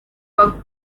buck